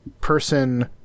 person